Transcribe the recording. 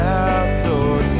outdoor